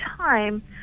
time